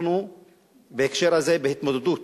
בהקשר הזה, ההתמודדות